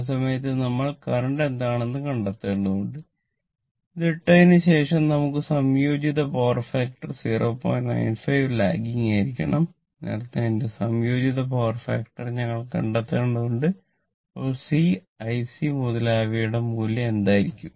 ആ സമയത്ത് നമ്മൾ കറന്റ് എന്താണെന്ന് കണ്ടെത്തേണ്ടതുണ്ട് ഇത് ഇട്ടതിനുശേഷം നമുക്ക് സംയോജിത പവർ ഫാക്ടർ ഞങ്ങൾ കണ്ടെത്തേണ്ടതുണ്ട് അപ്പോൾ C IC മുതലായവയുടെ മൂല്യം എന്തായിരിക്കും